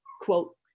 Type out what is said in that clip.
quote